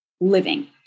living